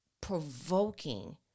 provoking